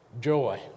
Joy